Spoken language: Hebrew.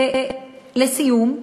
לסיום,